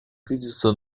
кризиса